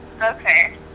okay